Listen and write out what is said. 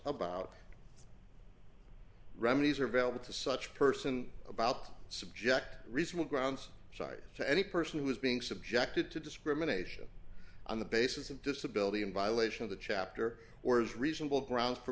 about remedies are available to such person about subject reasonable grounds cited to any person who is being subjected to discrimination on the basis of disability in violation of the chapter or is reasonable grounds for